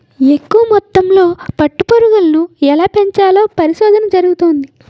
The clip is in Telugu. ఎక్కువ మొత్తంలో పట్టు పురుగులను ఎలా పెంచాలో పరిశోధన జరుగుతంది